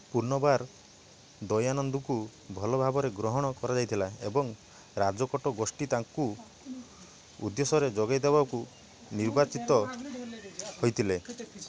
ପୁନର୍ବାର ଦୟାନନ୍ଦଙ୍କୁ ଭଲ ଭାବରେ ଗ୍ରହଣ କରାଯାଇଥିଲା ଏବଂ ରାଜକୋଟ ଗୋଷ୍ଠୀ ତାଙ୍କୁ ଉଦ୍ଦେଶ୍ୟରେ ଯୋଗେଇ ଦେବାକୁ ନିର୍ବାଚିତ ହୋଇଥିଲେ